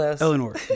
Eleanor